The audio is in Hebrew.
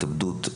התאבדות,